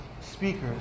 speakers